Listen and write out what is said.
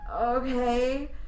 okay